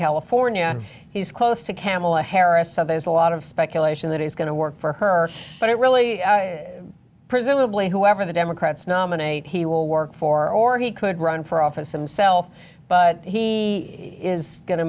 california he's close to camelot harris so there's a lot of speculation that is going to work for her but it really presumably whoever the democrats nominate he will work for or he could run for office some self but he is going to